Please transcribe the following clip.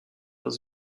dans